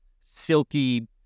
silky